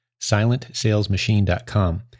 silentsalesmachine.com